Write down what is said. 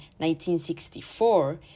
1964